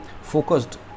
Focused